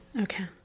Okay